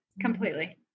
completely